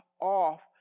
off